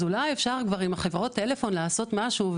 אז אולי אפשר כבר עם החברות טלפון לעשות משהו,